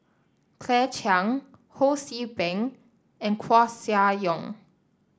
Claire Chiang Ho See Beng and Koeh Sia Yong